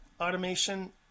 automation